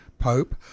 Pope